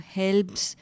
helps